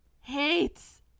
Hates